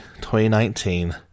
2019